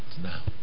now